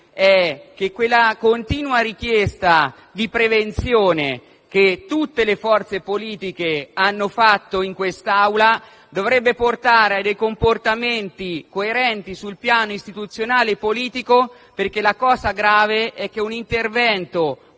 è che quella continua richiesta di prevenzione che tutte le forze politiche hanno avanzato in quest'Aula dovrebbe portare a dei comportamenti coerenti sul piano istituzionale e politico. La cosa grave è che un intervento